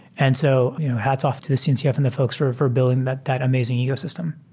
and so you know hats off to the teams you have and the folks for for building that that amazing ecosystem.